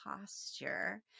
posture